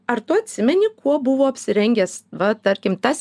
ar tu atsimeni kuo buvo apsirengęs va tarkim tas